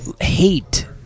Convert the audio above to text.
hate